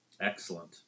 Excellent